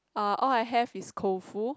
uh all I have is Koufu